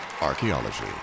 Archaeology